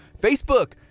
Facebook